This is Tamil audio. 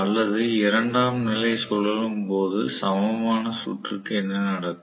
அல்லது இரண்டாம் நிலை சுழலும் போது சமமான சுற்றுக்கு என்ன நடக்கும்